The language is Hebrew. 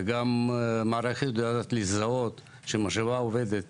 וגם המערכת יודעת לזהות שהמשאבה עובדת